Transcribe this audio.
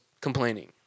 complaining